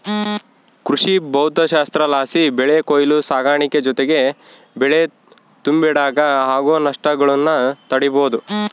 ಕೃಷಿಭೌದ್ದಶಾಸ್ತ್ರಲಾಸಿ ಬೆಳೆ ಕೊಯ್ಲು ಸಾಗಾಣಿಕೆ ಜೊತಿಗೆ ಬೆಳೆ ತುಂಬಿಡಾಗ ಆಗೋ ನಷ್ಟಗುಳ್ನ ತಡೀಬೋದು